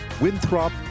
Winthrop